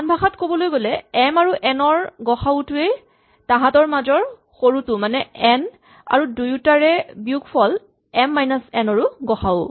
আনভাষাত ক'বলৈ গ'লে এম আৰু এন ৰ গ সা উ টোৱেই তাহাঁতৰ মাজৰ সৰুটো মানে এন আৰু দুয়োটাৰে বিযোগফল এম মাইনাচ এন ৰো গ সা উ